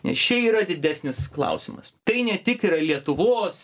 nes čia yra didesnis klausimas tai ne tik lietuvos